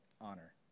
honor